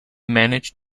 managed